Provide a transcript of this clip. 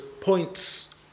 points